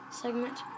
segment